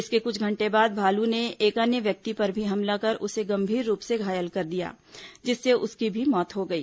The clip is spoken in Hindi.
इसके कुछ घंटे बाद भालू ने एक अन्य व्यक्ति पर भी हमला कर उसे गंभीर रूप से घायल कर दिया जिससे उसकी भी मौत हो गई